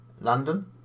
London